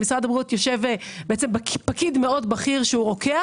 במשרד הבריאות יושב פקיד בכיר שהוא רוקח